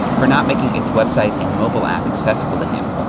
for not making its website and mobile app accessible to him.